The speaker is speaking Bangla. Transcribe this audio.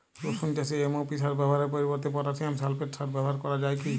রসুন চাষে এম.ও.পি সার ব্যবহারের পরিবর্তে পটাসিয়াম সালফেট সার ব্যাবহার করা যায় কি?